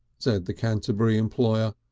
said the canterbury employer,